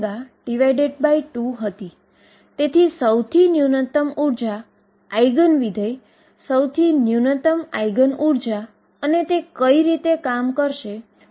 તે 3 ડાઈમેન્શન સામાન્ય રીતે પણ લખી શકાય છે તેથી તે 1 ડાઈમેન્શન સમીકરણ 22md2dx2VψEψછે